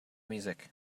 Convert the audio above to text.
music